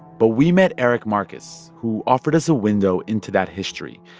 but we met eric marcus, who offered us a window into that history.